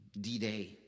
D-Day